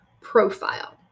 profile